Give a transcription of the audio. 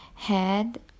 head